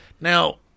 Now